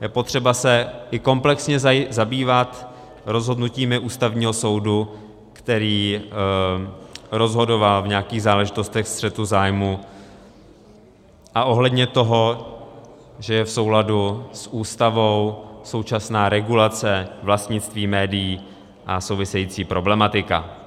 Je potřeba se komplexně zabývat rozhodnutími Ústavního soudu, který rozhodoval v nějakých záležitostech střetu zájmů a ohledně toho, že je v souladu s Ústavou současná regulace vlastnictví médií a související problematika.